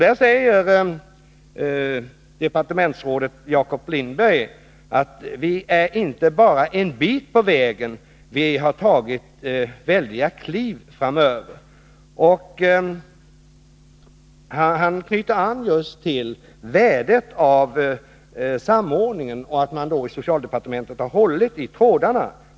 Där säger departementsrådet Jakob Lindberg: ”Vi är inte bara en bit på vägen. Vi har tagit väldiga kliv framåt.” Han knyter an just till värdet av samordningen och av att socialdepartementet har hållit i trådarna.